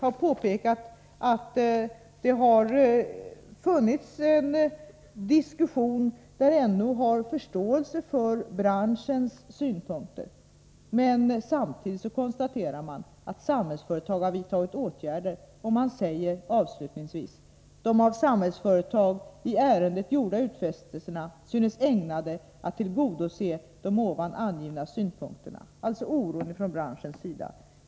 NO påpekar att det har förekommit diskussioner där NO har visat förståelse för branschens synpunkter. Men samtidigt konstaterar man att Samhällsföretag har vidtagit åtgärder och säger avslutningsvis: De av Samhällsföretag i ärendet gjorda utfästelserna synes ägnade att tillgodose de ovan angivna synpunkterna — dvs. oron från branschens sida.